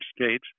States